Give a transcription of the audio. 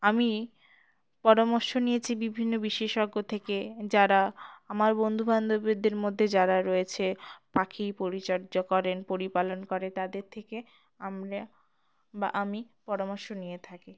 আমি পরামর্শ নিয়েছি বিভিন্ন বিশেষজ্ঞ থেকে যারা আমার বন্ধুবান্ধবদের মধ্যে যারা রয়েছে পাখি পরিচর্যা করেন পরিপালন করে তাদের থেকে আমরা বা আমি পরামর্শ নিয়ে থাকি